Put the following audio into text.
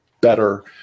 better